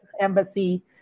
Embassy